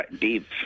deep